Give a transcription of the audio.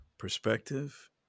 Perspective